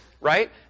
right